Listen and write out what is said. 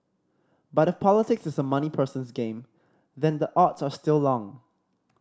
but if politics is a money person's game then the odds are still long